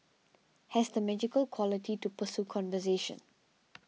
has the magical quality to pursue conservation